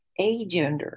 agender